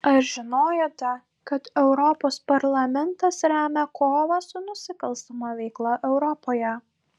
ar žinojote kad europos parlamentas remia kovą su nusikalstama veikla europoje